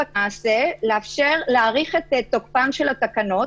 גם זה מהווה בעיה ומוביל אותנו לדבר הנוסף שמטריד אותנו,